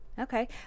Okay